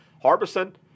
Harbison